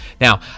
Now